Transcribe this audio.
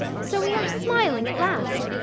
so we are smiling at last!